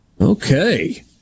Okay